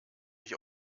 mich